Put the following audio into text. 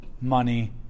money